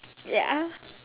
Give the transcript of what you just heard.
ya